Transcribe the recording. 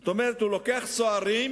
זאת אומרת, הוא לוקח סוהרים,